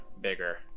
bigger